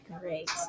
Great